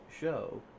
show